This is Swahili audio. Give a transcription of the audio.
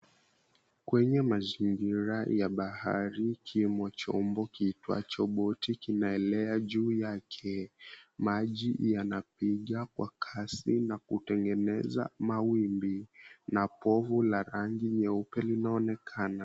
Kwenye mazingira ya bahari kimo chombo kiitwacho boti kinaelea juu yake. maji yanakuja kwa kasi na kutengeneza mawimbi na povu la rangi nyeupe linaonekana.